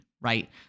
right